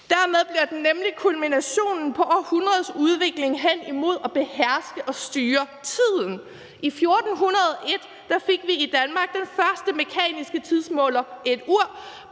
Dermed bliver det nemlig kulminationen på århundreders udvikling hen imod at beherske og styre tiden. I 1401 fik vi i Danmark den første mekaniske tidsmåler, et ur,